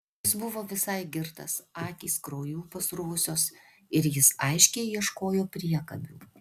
jis buvo visai girtas akys krauju pasruvusios ir jis aiškiai ieškojo priekabių